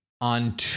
on